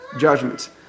judgments